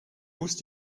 musst